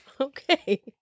Okay